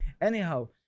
anyhow